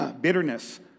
bitterness